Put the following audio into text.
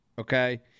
Okay